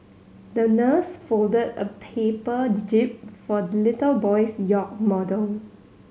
the nurse folded a paper jib for the little boy's yacht model